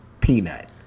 Peanut